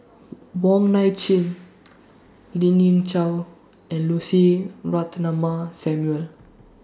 Wong Nai Chin Lien Ying Chow and Lucy Ratnammah Samuel